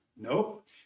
nope